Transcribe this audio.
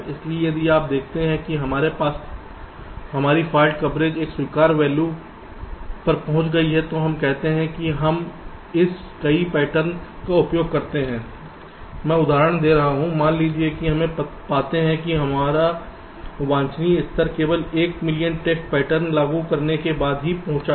इसलिए यदि आप देखते हैं कि हमारी फाल्ट कवरेज एक स्वीकार्य वैल्यू पर पहुंच गई है तो हम कह सकते हैं कि हम इस कई पैटर्न का उपयोग करते हैं मैं उदाहरण दे रहा हूं मान लीजिए कि हम पाते हैं कि आपका वांछनीय स्तर केवल 1 मिलियन टेस्ट पैटर्न लागू करने के बाद ही पहुंचा है